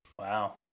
Wow